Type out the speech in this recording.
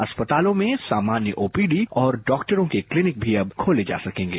अस्पतालों में सामान्य ओपी डी और डॉक्टरों के क्लीनिक भी अव खोले जा सकेंगे